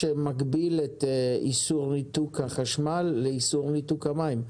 שמגביל את איסור ניתוק החשמל לאיסור ניתוק המים.